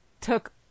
took